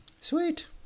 sweet